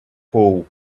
hole